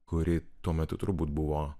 kuri tuo metu turbūt buvo